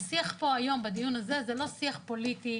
השיח פה היום בדיון הזה זה לא שיח פוליטי